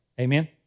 Amen